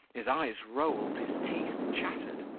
his eyes rolled, his teeth chattered,